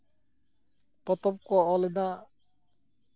ᱯᱚᱛᱚᱵ ᱠᱚ ᱚᱞᱮᱫᱟ